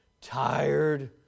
tired